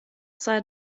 sei